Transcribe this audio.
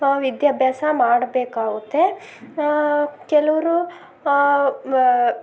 ವಿದ್ಯಾಭ್ಯಾಸ ಮಾಡಬೇಕಾಗುತ್ತೆ ಕೆಲವ್ರು